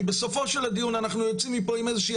כי בסופו של הדיון אנחנו יוצאים מפה עם איזה שהיא